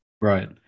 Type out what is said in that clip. Right